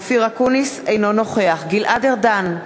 אינו נוכח גלעד ארדן,